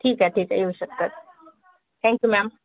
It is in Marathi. ठीक आहे ठीक आहे येऊ शकतात थँक्यू मॅम